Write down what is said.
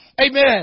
Amen